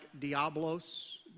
diablos